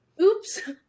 oops